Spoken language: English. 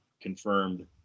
confirmed